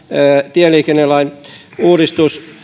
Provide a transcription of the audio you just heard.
tieliikennelain uudistus